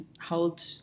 hold